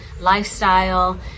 lifestyle